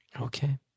Okay